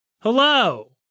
Hello